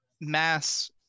mass